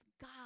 God